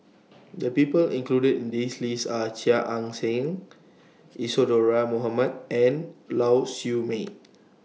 The People included in This list Are Chia Ann Siang Isadhora Mohamed and Lau Siew Mei